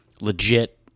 legit